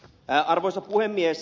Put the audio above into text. arvoisa puhemies